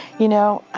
you know,